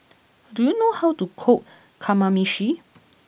do you know how to cook Kamameshi